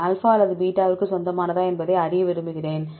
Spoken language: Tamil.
இது ஆல்பா அல்லது பீட்டாவுக்கு சொந்தமானதா என்பதை அறிய விரும்புகிறேன்